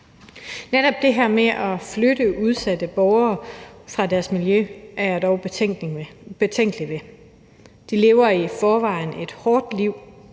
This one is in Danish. Netop det her med at flytte udsatte borgere fra deres miljø er jeg dog betænkelig ved. De lever i forvejen et hårdt liv,